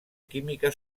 química